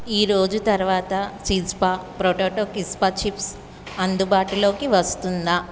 ఈ రోజు తరవాత చిస్పా పొటాటో చిస్పా చిప్స్ అందుబాటులోకి వస్తుందా